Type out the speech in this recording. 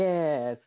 Yes